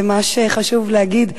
ומה שחשוב להגיד,